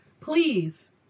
please